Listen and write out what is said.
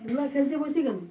এভাবে খেলতে বসি কেন